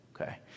Okay